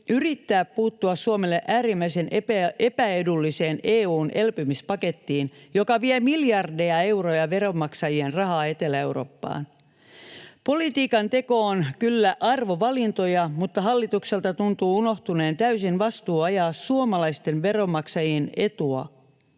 yrittää puuttua Suomelle äärimmäisen epäedulliseen EU:n elpymispakettiin, joka vie miljardeja euroja veronmaksajien rahaa Etelä-Eurooppaan. Politiikan teko on kyllä arvovalintoja, mutta hallitukselta tuntuu unohtuneen täysin vastuu ajaa suomalaisten veronmaksajien etua